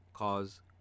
Cause